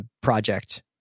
project